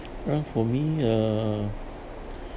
well for me uh